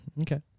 Okay